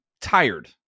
tired